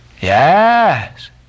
Yes